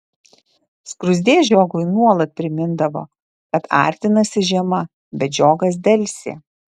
skruzdė žiogui nuolat primindavo kad artinasi žiema bet žiogas delsė